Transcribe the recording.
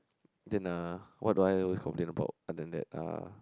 then ah what do I always complain about other than that uh